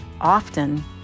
Often